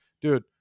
dude